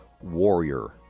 warrior